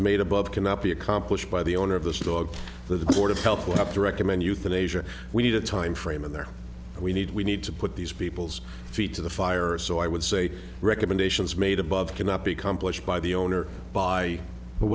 made above cannot be accomplished by the owner of this dog the board of health would have to recommend euthanasia we need a time frame in there we need we need to put these people's feet to the fire so i would say recommendations made above cannot be accomplished by the owner by